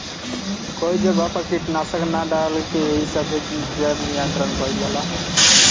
कई जगह पे कीटनाशक ना डाल के एही सब से जैव नियंत्रण कइल जाला